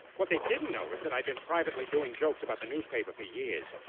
what they didn't know was that i've been privately doing jokes about the newspaper for years.